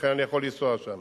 לכן אני יכול לנסוע שם.